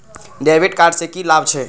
डेविट कार्ड से की लाभ छै?